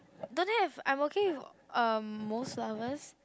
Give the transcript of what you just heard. don't have I am okay with um most flowers